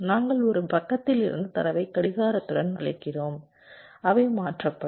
நாங்கள் ஒரு பக்கத்திலிருந்து தரவை கடிகாரத்துடன் அளிக்கிறோம் அவை மாற்றப்படும்